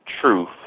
Truth